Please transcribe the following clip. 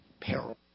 peril